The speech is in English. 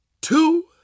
two